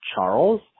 Charles